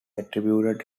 attributed